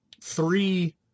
three